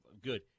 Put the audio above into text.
good